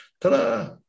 ta-da